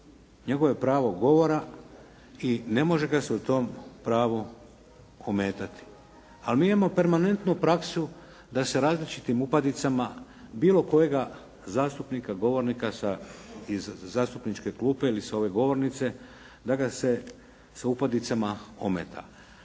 Njegovo je pravo govora i ne može ga se u tom pravu ometati. Ali mi imamo permanentno praksu da se različitim upadicama bilo kojega zastupnika, govornika iz zastupničke klupe ili s ove govornice, da ga se sa upadicama ometa.